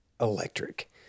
electric